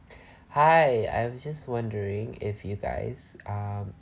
hi I am just wondering if you guys are um